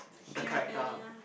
the character